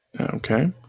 Okay